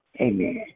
Amen